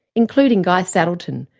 including guy saddleton,